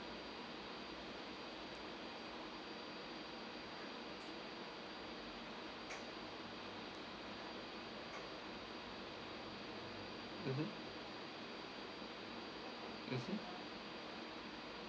mmhmm mmhmm